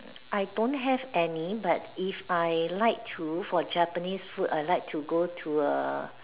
I don't have any but if I like to for Japanese food I like to go to a